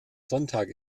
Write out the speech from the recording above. sonntag